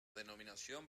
denominación